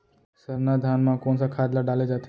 सरना धान म कोन सा खाद ला डाले जाथे?